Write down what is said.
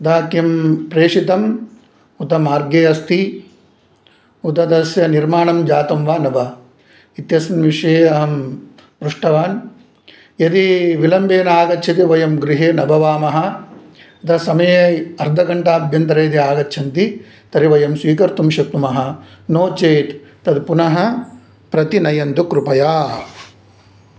अतः किं प्रेषितम् उत मार्गे अस्ति उत तस्य निर्माणं जातं वा न वा इत्यस्मिन् विषये अहं पृष्टवान् यदि विलम्बेन आगच्छति वयं गृहे न भवामः अतः समये अर्धघण्टाभ्यन्तरे यदि आगच्छन्ति तर्हि वयं स्वीकर्तुं शक्नुमः नो चेत् तत् पुनः प्रतिनयन्तु कृपया